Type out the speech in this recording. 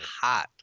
hot